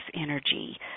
energy